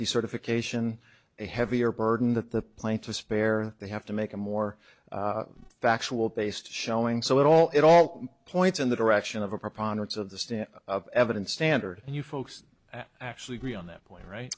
the certification a heavier burden that the plane to spare they have to make a more factual based showing so it all it all points in the direction of a preponderance of the stamp of evidence standard and you folks actually agree on that point right